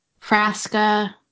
Frasca